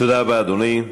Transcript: תודה רבה, אדוני.